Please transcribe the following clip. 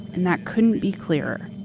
and that couldn't be clearer.